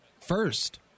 First